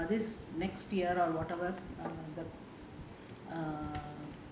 they are saying that this err this next year or whatever err the